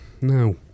no